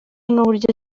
n’uburyo